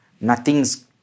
nothing's